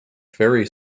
ferry